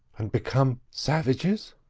and become savages?